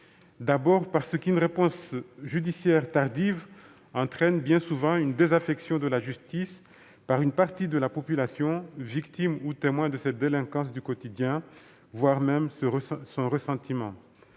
d'abord parce qu'une réponse judiciaire tardive entraîne bien souvent une désaffection à l'égard de la justice d'une partie de la population, victime ou témoin de cette délinquance du quotidien, voire son ressentiment